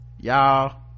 y'all